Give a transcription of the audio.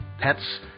pets